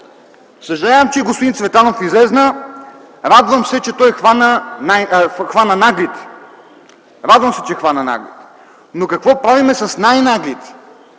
Съжалявам, че господин Цветанов излезе, но радвам се, че той хвана „Наглите”. Радвам се, че хвана „Наглите”! Но какво правим с най-наглите,